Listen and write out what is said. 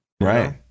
Right